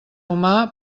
humà